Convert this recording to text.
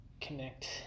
connect